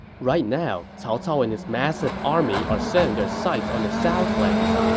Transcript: right now, cao cao and his massive army are setting their sights on the southlands,